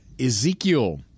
Ezekiel